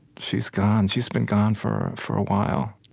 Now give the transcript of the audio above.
she's gone. she's been gone for for a while.